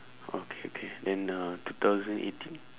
okay okay then uh two thousand eighteen